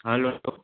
hello